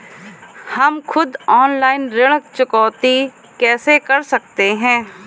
हम खुद ऑनलाइन ऋण चुकौती कैसे कर सकते हैं?